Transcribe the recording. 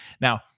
Now